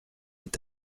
est